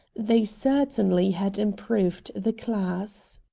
they certainly had improved the class.